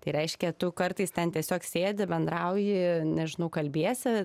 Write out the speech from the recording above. tai reiškia tu kartais ten tiesiog sėdi bendrauji nežinau kalbiesi